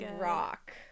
rock